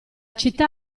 città